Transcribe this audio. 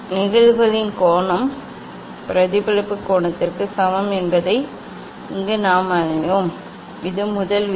நிகழ்வுகளின் கோணம் பிரதிபலிப்பு கோணத்திற்கு சமம் என்பதை இங்கே நாம் அனைவரும் அறிவோம் இது முதல் விதி